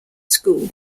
school